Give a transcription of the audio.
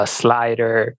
slider